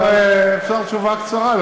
אפשר תשובה קצרה,